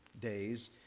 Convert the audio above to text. days